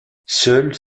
seuls